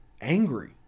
angry